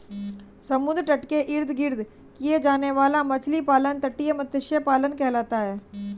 समुद्र तट के इर्द गिर्द किया जाने वाला मछली पालन तटीय मत्स्य पालन कहलाता है